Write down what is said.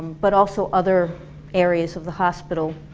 but also other areas of the hospital.